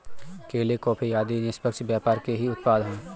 केले, कॉफी आदि निष्पक्ष व्यापार के ही उत्पाद हैं